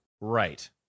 Right